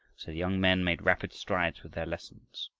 so the young men made rapid strides with their lessons.